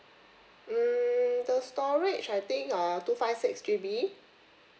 mm the storage I think uh two five six G_B